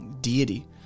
deity